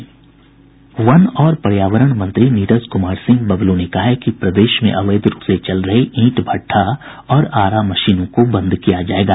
one और पर्यावरण मंत्री नीरज कुमार सिंह बबलू ने कहा है कि प्रदेश में अवैध रूप से चल रहे ईंट भट्ठा और आरा मशीनों को बंद किया जायेगा